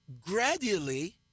gradually